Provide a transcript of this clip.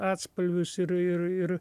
atspalvius ir ir ir